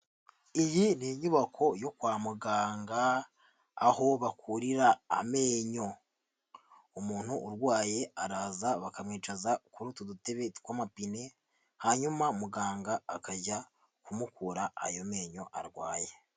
Iyi ni inyubako yo kwa muganga aho bakurira amenyo, umuntu urwaye araza bakamwicaza kuri utu dutebe tw'amapine, hanyuma muganga akajya kumukura ayo menyo arwaye.